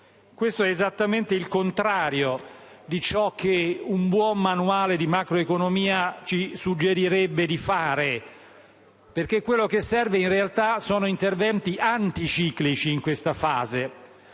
Questo è esattamente il contrario di ciò che un buon manuale di macroeconomia ci suggerirebbe di fare, perché quello che serve in realtà in questa fase sono interventi anticiclici. Credo che